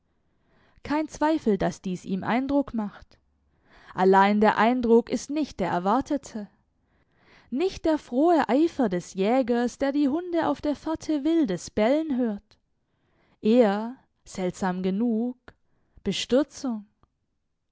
kein zweifel daß dies ihm eindruck macht allein der eindruck ist nicht der erwartete nicht der frohe eifer des jägers der die hunde auf der fährte wildes bellen hört eher seltsam genug bestürzung